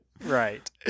Right